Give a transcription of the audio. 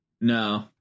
No